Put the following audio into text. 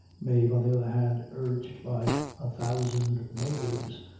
mave, on the other hand, urged by a thousand motives,